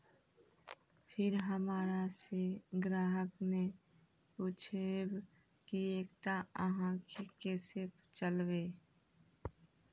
फिर हमारा से ग्राहक ने पुछेब की एकता अहाँ के केसे चलबै?